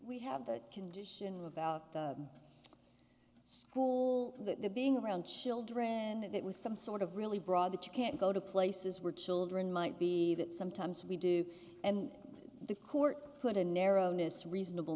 we have the condition about the being around children and it was some sort of really broad that you can't go to places where children might be that sometimes we do and the court put a narrow miss reasonable